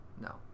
No